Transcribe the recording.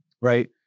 right